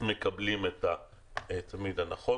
מקבלים את הצמיד הנכון,